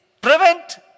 prevent